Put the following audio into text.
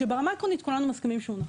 שברמה העקרונית כולנו מסכימים שהוא נכון.